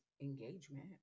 engagement